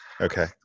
Okay